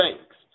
thanks